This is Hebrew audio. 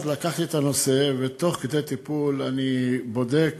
אז לקחתי את הנושא ותוך כדי טיפול אני בודק